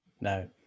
No